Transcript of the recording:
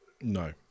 No